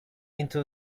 into